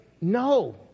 No